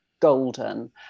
golden